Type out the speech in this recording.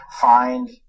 find